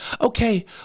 Okay